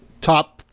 top